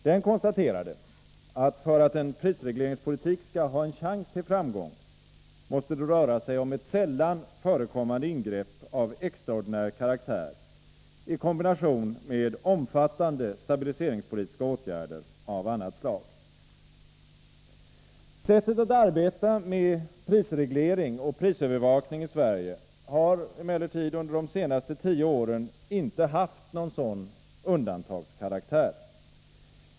Den konstaterade att för att en prisregleringspolitik skall ha en chans till framgång måste det röra sig om ett sällan förekommande ingrepp av extraordinär karaktär i kombination med omfattande stabiliseringspolitiska åtgärder av annat slag. Sättet att arbeta med prisreglering och prisövervakning i Sverige har emellertid under de senaste tio åren inte haft någon sådan undantagskaraktär.